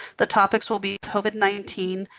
the topics will be covid nineteen,